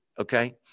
okay